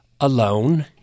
alone